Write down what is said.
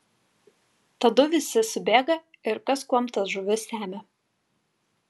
tadu visi subėga ir kas kuom tas žuvis semia